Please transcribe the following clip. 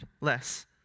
less